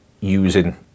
using